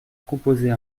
composer